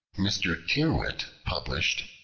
mr. tyrwhitt published,